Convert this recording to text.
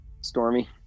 Stormy